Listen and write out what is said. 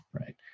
right